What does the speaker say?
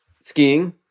skiing